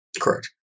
correct